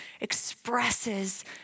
expresses